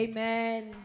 Amen